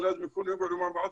ויש שלושה ״קאדים״,